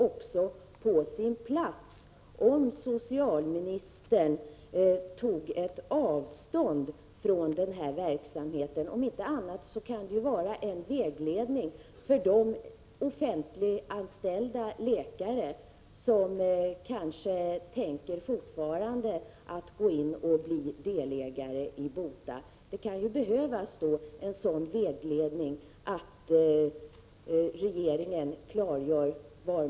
Kommunen är för sin del beredd att medverka till att någon form av gemensamt servicekontor kan byggas upp, dit förutom försäkringskassedelen även en del kommunal service kan förläggas, exempelvis arbetsförmedlingsservice etc. Detta har hittills stött på hinder från försäkringskassans sida. Försäkringskasseverksamheten är av utomordentlig betydelse för de små samhällena i en glesbygd, typ Virserum. 1. Ärden nedläggningsvåg av lokalkontor och filialkontor inom försäkringskassan som t.ex. ägt rum i Kalmar län i linje med den målsättning som regeringen har beträffande försäkringskassornas organisation? 2.